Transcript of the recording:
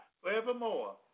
forevermore